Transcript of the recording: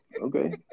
okay